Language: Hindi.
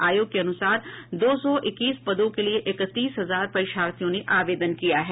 आयोग के अनुसार दो सौ इक्कीस पदों के लिए इकतीस हजार परीक्षार्थियों ने आवेदन किया है